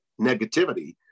negativity